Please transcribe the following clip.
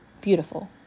beautiful